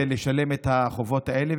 ללכת לשלם את החובות האלה.